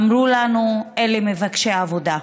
אמרו לנו: אלה מבקשי עבודה.